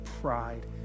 pride